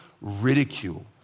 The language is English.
ridicule